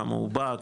כמה הוא בא,